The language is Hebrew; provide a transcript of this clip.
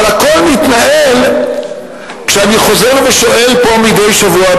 אבל הכול מתנהל כשאני חוזר ושואל פה מדי שבוע,